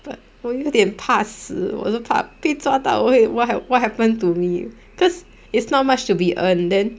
but 我有点怕死我是怕被抓到我会 what what happen to me because it's not much to be earned then